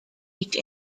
each